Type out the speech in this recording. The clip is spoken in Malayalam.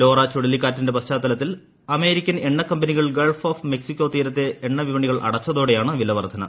ലോറ ചുഴലിക്കാറ്റിന്റെ പശ്ചാത്തലത്തിൽ അമേരിക്കൻ എണ്ണക്കമ്പനികൾ ഗൾഫ് ഓഫ് മെക്സിക്കോ തീരത്തെ എണ്ണ വിപണികൾ അടച്ചതോടെയാണ് വില വർദ്ധന